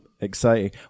Exciting